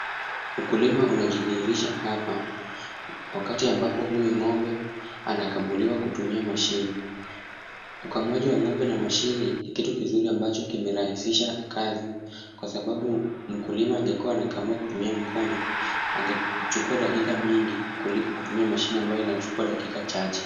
Ukulima unajidhihirisha hapa wakati ambapo huyu ng'ombe anakamuliwa kutumia mashine. Ukamuaji wa ng'ombe na mashine ni kitu kizuri ambacho kimerahisiha kazi kwa sababu mkulima angekuwa anakamua kutumia mkono angechukua dakika mingi kuliko kutumia mashine ambayo inachukua dakika chache.